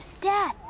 Dad